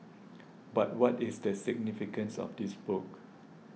but what is the significance of this book